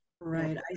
Right